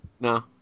No